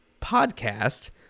podcast